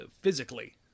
physically